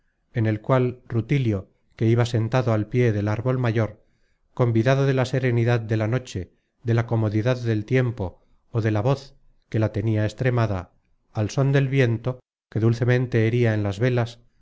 en el cual rutilio que iba sentado al pié del árbol mayor convidado de la serenidad de la noche de la comodidad del tiempo ó de la voz que la tenia extremada al són del viento que dulcemente heria en las velas